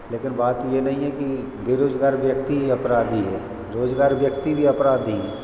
लेकिन बात यह नहीं है कि बेरोज़गार व्यक्ति ही अपराधी है रोज़गार व्यक्ति भी अपराधी